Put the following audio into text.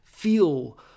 feel